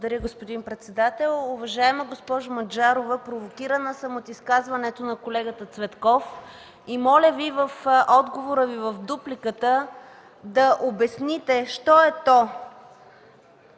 Благодаря, господин председател. Уважаема госпожо Маджарова, провокирана съм от изказването на колегата Цветков. Моля Ви в отговора, в дупликата си да обясните що е то